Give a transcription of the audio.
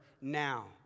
now